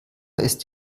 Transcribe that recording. ist